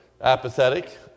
apathetic